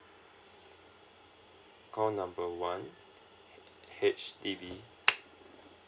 call number one H_D_B